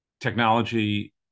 Technology